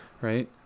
right